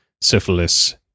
Syphilis